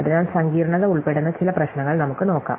അതിനാൽ സങ്കീർണ്ണത ഉൾപ്പെടുന്ന ചില പ്രശ്നങ്ങൾ നമുക്ക് നോക്കാം